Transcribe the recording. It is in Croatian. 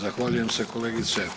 Zahvaljujem se kolegice.